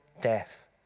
death